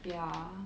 ya